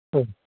ம்